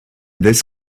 this